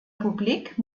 republik